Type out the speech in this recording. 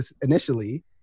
initially